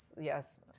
yes